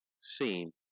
seen